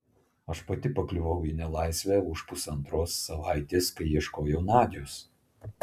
aš pati pakliuvau į nelaisvę už pusantros savaitės kai ieškojau nadios